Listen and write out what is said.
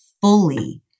fully